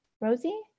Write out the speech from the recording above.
Rosie